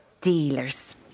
Dealers